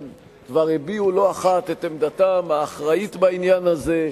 כבר הביעו לא אחת את עמדתם האחראית בעניין הזה,